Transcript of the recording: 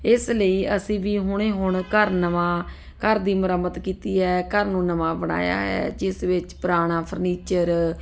ਇਸ ਲਈ ਅਸੀਂ ਵੀ ਹੁਣੇ ਹੁਣ ਘਰ ਨਵਾਂ ਘਰ ਦੀ ਮੁਰੰਮਤ ਕੀਤੀ ਹੈ ਘਰ ਨੂੰ ਨਵਾਂ ਬਣਾਇਆ ਹੈ ਜਿਸ ਵਿੱਚ ਪੁਰਾਣਾ ਫਰਨੀਚਰ